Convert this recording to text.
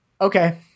okay